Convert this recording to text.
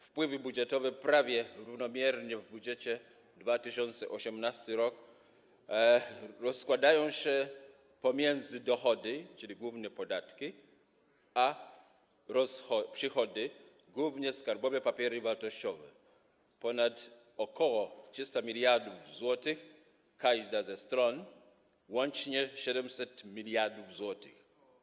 Wpływy budżetowe prawie równomiernie w budżecie 2018 r. rozkładają się pomiędzy dochody, czyli głównie podatki, a przychody, czyli głównie skarbowe papiery wartościowe, ponad 300 mld zł po każdej ze stron, łącznie 700 mld zł.